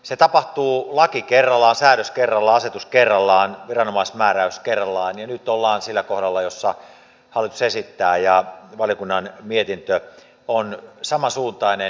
se tapahtuu laki kerrallaan säädös kerrallaan asetus kerrallaan viranomaismääräys kerrallaan ja nyt ollaan sillä kohdalla jossa hallitus esittää ja valiokunnan mietintö on samansuuntainen